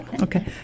Okay